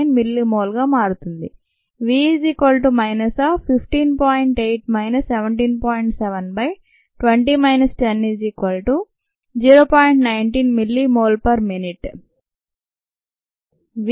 19 millimole గా మారుతుంది